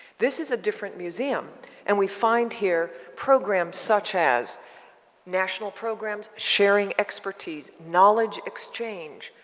this is a different museum and we find here programs such as national programs, sharing expertise, knowledge exchange,